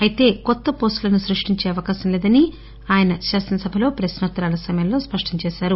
అయితే కొత్త వోస్టులను సృష్టించే అవకాశం లేదని ఆయన శాసనసభలో ప్రక్నో త్తరాల సమయంలో స్పష్టం దేశారు